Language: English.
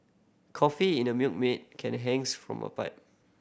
coffee in a Milkmaid can hangs from a pipe